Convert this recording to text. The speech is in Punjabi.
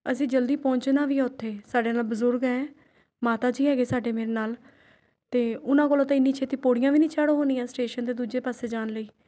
ਅਸੀਂ ਜਲਦੀ ਪਹੁੰਚਣਾ ਵੀ ਹੈ ਉੱਥੇ ਸਾਡੇ ਨਾਲ ਬਜ਼ੁਰਗ ਹੈ ਮਾਤਾ ਜੀ ਹੈਗੇ ਸਾਡੇ ਮੇਰੇ ਨਾਲ ਅਤੇ ਉਹਨਾਂ ਕੋਲੋਂ ਤਾਂ ਐਨੀ ਛੇਤੀ ਪੌੜੀਆਂ ਵੀ ਨਹੀਂ ਚੜ੍ਹ ਹੋਣੀਆਂ ਸਟੇਸ਼ਨ ਦੇ ਦੂਜੇ ਪਾਸੇ ਜਾਣ ਲਈ